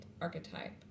archetype